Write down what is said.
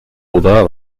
oder